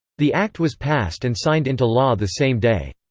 the act was passed and signed into law the same day.